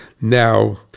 Now